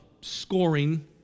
scoring